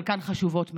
חלקן חשובות מאוד,